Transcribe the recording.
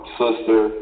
sister